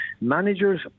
managers